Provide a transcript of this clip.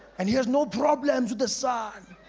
and he has no problems with the sun.